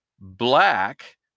black